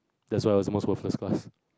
that's why I almost for the first class